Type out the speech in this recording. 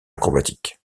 acrobatique